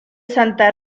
santa